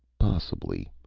possibly.